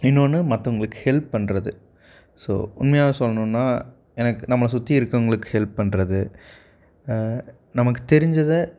இன்னொன்று மற்றவங்களுக்கு ஹெல்ப் பண்ணுறது ஸோ உண்மையாகவே சொல்லணுன்னால் எனக்கு நம்மளை சுற்றி இருக்கிறவங்களுக்கு ஹெல்ப் பண்ணுறது நமக்கு தெரிஞ்சதை